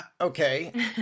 Okay